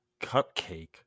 cupcake